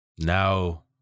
now